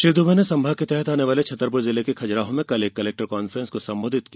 श्री दुबे ने संभाग के तहत आने वाले छतरपुर जिले के खजुराहो में कल कलेक्टर काफ्रेंस को संबोधित किया